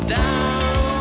down